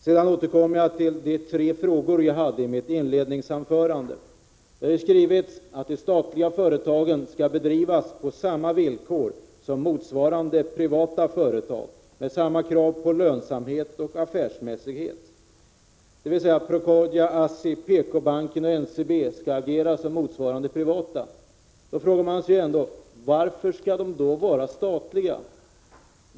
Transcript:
Jag återkommer till de tre frågorna i mitt inledningsanförande. Vi har ju skrivit att de statliga företagen skall bedrivas på samma villkor som motsvarande privata företag, med samma krav på lönsamhet och affärsmässighet. Detta betyder att Procordia, ASSI, PK-banken och NCB skall agera som motsvarande privata företag. Man frågar sig då varför de skall vara statliga.